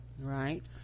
Right